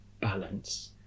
balance